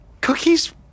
Cookies